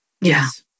Yes